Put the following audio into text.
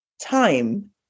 time